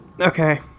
Okay